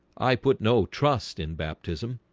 i put no trust in baptism,